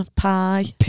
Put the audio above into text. pie